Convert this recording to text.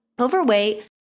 overweight